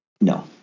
No